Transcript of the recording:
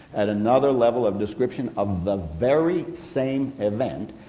at another level of description of the very same event,